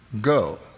go